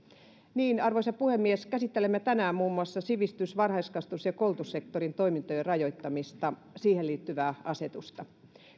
arvoisa puhemies käsittelemme tänään muun muassa sivistys varhaiskasvatus ja koulutussektorin toimintojen rajoittamista siihen liittyvää asetusta